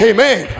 Amen